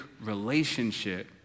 relationship